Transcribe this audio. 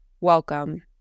welcome